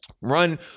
run